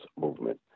movement